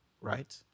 right